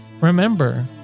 Remember